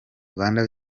rwanda